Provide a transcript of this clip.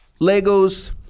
Legos